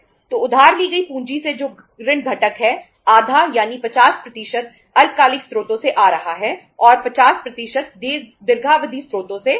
तो उधार ली गई पूंजी से जो ऋण घटक है आधा यानी 50 अल्पकालिक स्रोतों से आ रहा है और 50 दीर्घावधि स्रोतों से आ रहा है